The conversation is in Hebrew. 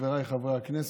חבריי חברי הכנסת,